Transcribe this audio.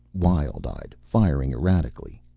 wild-eyed, firing erratically.